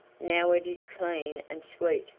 now it is clean and sweet,